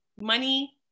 Money